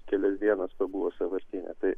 kelias dienas pabuvo sąvartyne tai